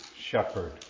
shepherd